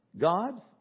God